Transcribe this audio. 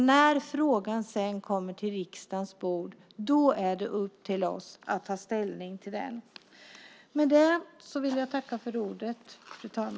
När frågan sedan kommer till riksdagens bord är det upp till oss att ta ställning till den.